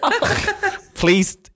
Please